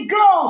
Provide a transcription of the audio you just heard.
go